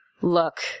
look